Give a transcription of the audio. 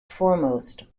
foremost